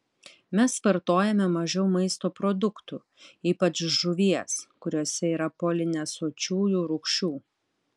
mes vartojame mažiau maisto produktų ypač žuvies kuriuose yra polinesočiųjų rūgščių